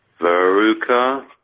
Veruca